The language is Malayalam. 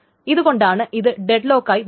ഇതുകൊണ്ടാണ് ഇത് ഡെഡ്ലോക്കായി വരുന്നത്